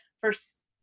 first